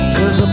Cause